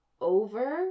over